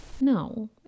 No